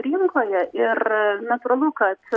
rinkoje ir natūralu kad